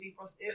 defrosted